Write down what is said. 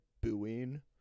booing